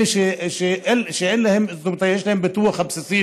אלה שיש להם את הביטוח הבסיסי,